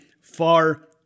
far